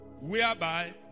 Whereby